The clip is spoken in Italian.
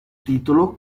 titolo